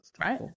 Right